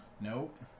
Nope